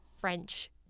French